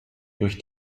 durch